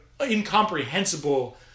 incomprehensible